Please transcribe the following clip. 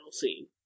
scene